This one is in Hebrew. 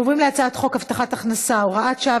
אנחנו עוברים להצעת חוק הבטחת הכנסה (הוראת שעה